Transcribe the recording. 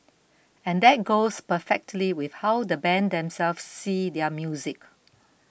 and that goes perfectly with how the band themselves see their music